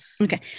Okay